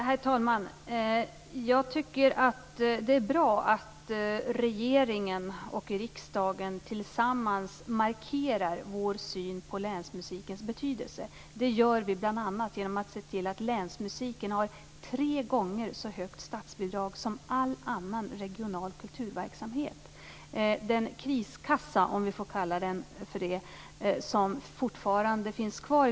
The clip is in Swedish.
Herr talman! Det är bra att riksdagen och regeringen tillsammans markerar vår syn på länsmusikens betydelse. Det gör vi bl.a. genom att se till att länsmusiken har tre gånger så högt statsbidrag som all annan regional kulturverksamhet.